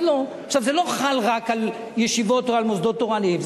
זה לא חל רק על ישיבות או מוסדות תורניים,